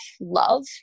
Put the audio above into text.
love